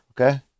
okay